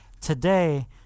today